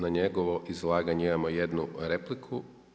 Na njegovo izlaganje imamo jednu repliku.